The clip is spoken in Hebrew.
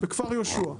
בכפר יהושע,